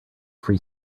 free